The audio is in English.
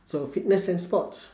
so fitness and sports